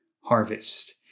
harvest